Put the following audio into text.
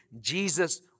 Jesus